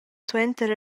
suenter